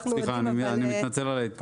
אני מתנצל על ההתפרצות.